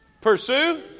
pursue